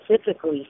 specifically